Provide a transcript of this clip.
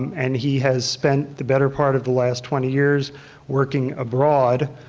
and he has spent the better part of the last twenty years working abroad